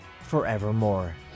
forevermore